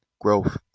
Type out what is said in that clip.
Growth